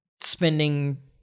spending